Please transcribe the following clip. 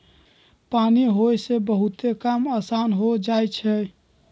पानी होय से बहुते काम असान हो जाई छई